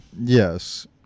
Yes